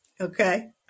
Okay